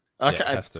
Okay